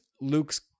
Luke's